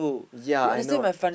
ya I know